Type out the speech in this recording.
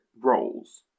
roles